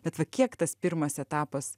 bet va kiek tas pirmas etapas